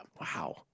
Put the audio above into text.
Wow